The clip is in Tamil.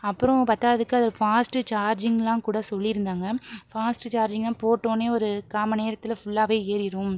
அப்புறம் பத்தாததுக்கு அது ஃபாஸ்ட் சார்ஜிங்கெலாம் கூட சொல்லி இருந்தாங்க ஃபாஸ்ட் சார்ஜிங்கெலாம் போட்ட உடனே ஒரு கால் மணி நேரத்திலயே ஃபுல்லாகவே ஏறிடும்